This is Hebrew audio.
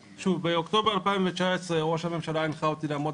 באוקטובר 2019 ראש הממשלה הנחה אותי לעמוד